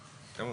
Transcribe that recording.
לנוהל".